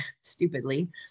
stupidly